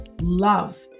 love